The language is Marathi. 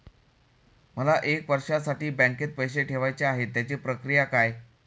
मला एक वर्षासाठी बँकेत पैसे ठेवायचे आहेत त्याची प्रक्रिया काय?